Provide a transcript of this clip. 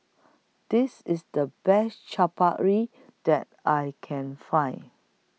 This IS The Best Chaat Papri that I Can Find